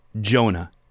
Jonah